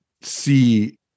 see